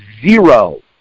zero